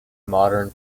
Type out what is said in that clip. modern